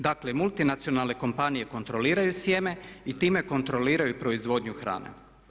Dakle, multinacionalne kompanije kontroliraju sjeme i time kontroliraju proizvodnju hrane.